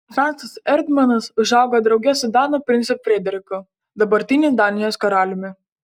francas erdmanas užaugo drauge su danų princu frederiku dabartiniu danijos karaliumi